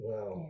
Wow